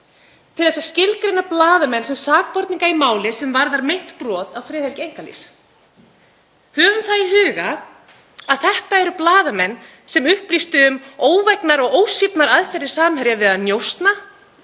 til að skilgreina blaðamenn sem sakborninga í máli sem varðar meint brot á friðhelgi einkalífs. Höfum í huga að þetta eru blaðamenn sem upplýstu um óvægnar og ósvífnar aðferðir Samherja við að njósna,